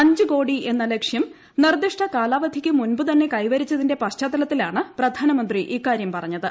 അഞ്ചുകോടി എന്ന ലക്ഷ്യം നിർദ്ദിഷ്ടകാലാവധിക്കു മുൻപുതന്നെ കൈവരിച്ചതിന്റെ പശ്ചാത്തലത്തിലാണ് പ്രധാനമന്ത്രി ഇക്കാര്യം പറഞ്ഞത്